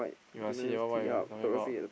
you must see that one what you talking about